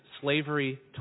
slavery